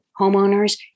homeowners